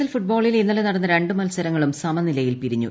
L ഫുട്ബോളിൽ ഇന്നലെ നടന്ന രണ്ട് മത്സരങ്ങളും സമനിലയിൽ പിരിഞ്ഞു